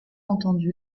entendu